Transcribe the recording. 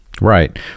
Right